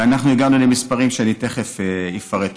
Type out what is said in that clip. ואנחנו הגענו למספרים שאני תכף אפרט אותם.